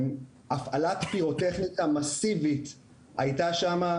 הפעלת פירוטכניקה מאסיבית הייתה שם,